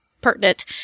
pertinent